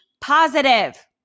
positive